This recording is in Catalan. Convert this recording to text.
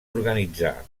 organitzar